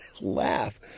laugh